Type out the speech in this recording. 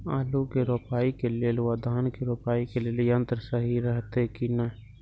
आलु के रोपाई के लेल व धान के रोपाई के लेल यन्त्र सहि रहैत कि ना?